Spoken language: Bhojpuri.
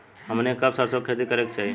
हमनी के कब सरसो क खेती करे के चाही?